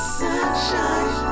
sunshine